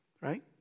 Right